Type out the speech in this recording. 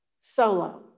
Solo